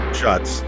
shots